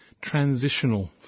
transitional